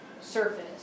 surface